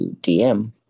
DM